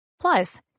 Plus